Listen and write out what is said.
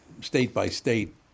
state-by-state